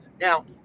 now